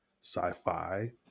sci-fi